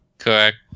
Correct